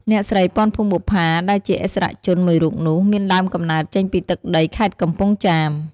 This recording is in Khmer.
អ្នកស្រី ពាន់ ភួងបុប្ផា ដែលជាឥស្សរជនមួយរូបនោះ មានដើមកំណើតចេញពីទឹកដី ខេត្តកំពង់ចាម។